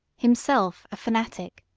himself a fanatic,